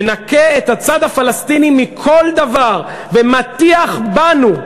מנקה את הצד הפלסטיני מכל דבר ומטיחה בנו,